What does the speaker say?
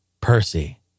Percy